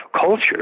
culture